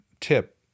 tip